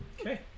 Okay